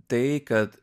tai kad